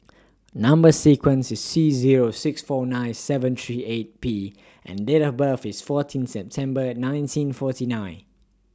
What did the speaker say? Number sequence IS T Zero six four nine seven three eight P and Date of birth IS fourteen September nineteen forty nine